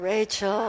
Rachel